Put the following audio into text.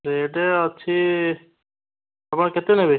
rate ଅଛି ଆପଣ କେତେ ନେବେ